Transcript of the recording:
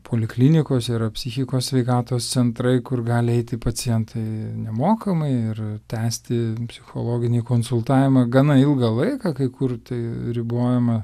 poliklinikose yra psichikos sveikatos centrai kur gali eiti pacientai nemokamai ir tęsti psichologinį konsultavimą gana ilgą laiką kai kur tai ribojama